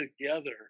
together